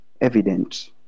Evident